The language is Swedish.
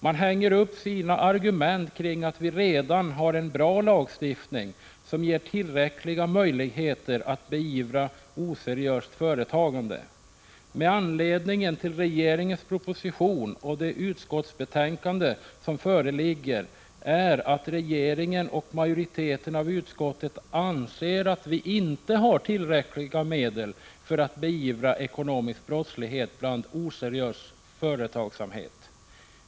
Man hänger upp sina argument kring den omständigheten att vi redan har en bra lagstiftning som ger tillräckliga möjligheter att beivra oseriöst företagande. Men anledningen till regeringens proposition och det utskottsbetänkande som föreligger är att regeringen och majoriteten av utskottet anser att vi inte har tillräckliga medel för att beivra ekonomisk brottslighet inom oseriös företagsamhet.